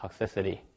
toxicity